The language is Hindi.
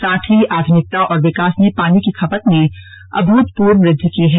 साथ ही आधुनिकता और विकास ने पानी की खपत में अभूतपूर्व वृद्धि की है